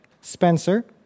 Spencer